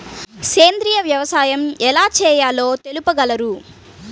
సేంద్రీయ వ్యవసాయం ఎలా చేయాలో తెలుపగలరు?